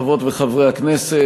חברות וחברי הכנסת,